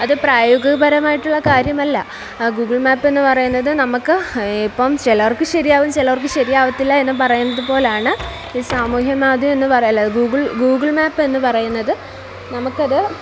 അത് പ്രായോഗികപരമായിട്ടുള്ള കാര്യമല്ല ഗൂഗിൾ മാപ്പ് എന്ന് പറയുന്നത് നമ്മൾക്ക് ഇപ്പം ചിലർക്ക് ശരിയാവും ചിലവർക്ക് ശരിയാവത്തില്ല എന്നു പറയുന്നതു പോലെയാണ് ഈ സാമൂഹ്യമാധ്യമമെന്ന് പറയുന്നത് അല്ല ഗൂഗിൾ ഗൂഗിൾ മാപ്പെന്ന് പറയുന്നത് നമുക്ക് അത്